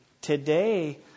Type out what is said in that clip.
today